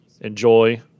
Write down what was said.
enjoy